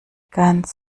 ganz